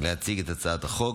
הצעת חוק